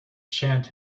chant